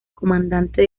comandante